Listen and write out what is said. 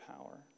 power